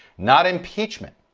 not impeachment,